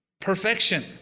Perfection